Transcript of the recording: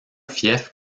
fief